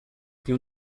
tem